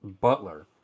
butler